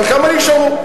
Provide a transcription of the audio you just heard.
אבל כמה נשארו.